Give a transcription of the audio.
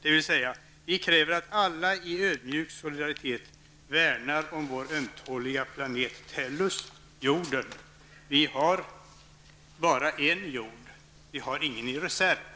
Detta innebär att vi kräver att vi alla i ödmjuk solidaritet värnar om vår ömtåliga planet Tellus, jorden -- vi har bara en jord, vi har ingen i reserv.